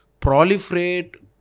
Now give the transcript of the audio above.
proliferate